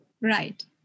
Right